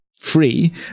free